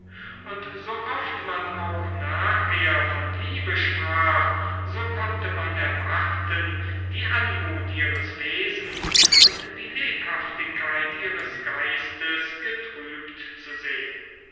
und sooft man auch nachher von liebe sprach so konnte man erwarten die anmut ihres wesens und die lebhaftigkeit ihres geistes getrübt zu sehen